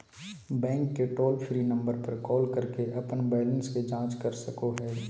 bank के toll free number पर call करके अपन बैलेंस के जांच कर सको हइ